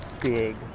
big